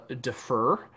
defer